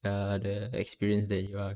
err the experience that you are